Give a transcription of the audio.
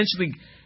essentially